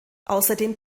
außerdem